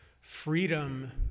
Freedom